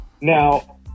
Now